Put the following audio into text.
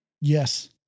Yes